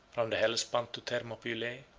from the hellespont to thermopylae,